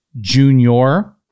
Junior